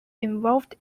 involved